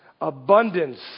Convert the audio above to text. abundance